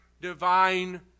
divine